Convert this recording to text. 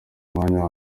umwanya